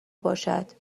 باشد